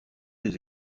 des